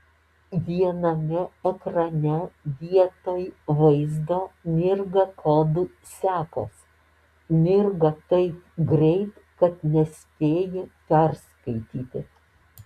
viename ekrane vietoj vaizdo mirga kodų sekos mirga taip greit kad nespėju perskaityti